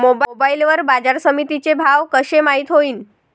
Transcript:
Mobile वर बाजारसमिती चे भाव कशे माईत होईन?